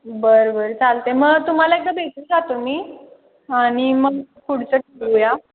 बरं बरं चालते मग तुम्हाला एकदा भेटून जातो मी आणि मग पुढचं ठरवू या